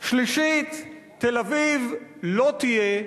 שלישית, תל-אביב לא תהיה,